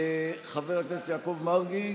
חבר הכנסת יעקב מרגי,